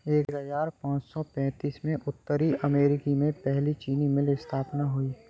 एक हजार पाँच सौ पैतीस में उत्तरी अमेरिकी में पहली चीनी मिल की स्थापना हुई